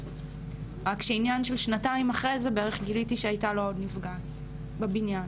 רק שעניין של שנתיים אחרי זה גיליתי שהייתה לו עוד נפגעת בבניין,